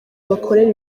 bakorera